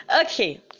Okay